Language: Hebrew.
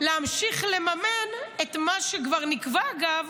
להמשיך לממן את מה שכבר נקבע, אגב,